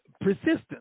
Persistent